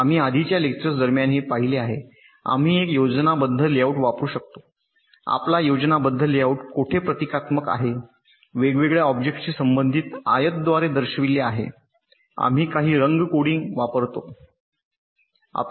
आम्ही आधीच्या लेक्चर्स दरम्यान हे पाहिले आहे आम्ही एक योजनाबद्ध लेआउट वापरू शकतो आपला योजनाबद्ध लेआउट कोठे प्रतीकात्मक आहे वेगवेगळ्या ऑब्जेक्ट्सशी संबंधित आयत द्वारे दर्शविलेले आणि आम्ही काही रंग कोडिंग वापरतो